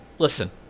Listen